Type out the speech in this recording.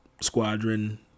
squadron